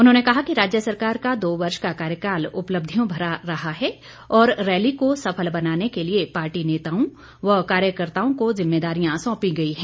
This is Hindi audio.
उन्होंने कहा कि राज्य सरकार का दो वर्ष का कार्यकाल उपलब्धियों भरा रहा है और रैली को सफल बनाने के लिए पार्टी नेताओं व कार्यकर्ताओं को जिम्मेदारियां सौंपी गई है